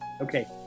Okay